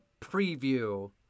preview